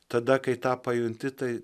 tada kai tą pajunti tai